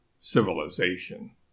civilization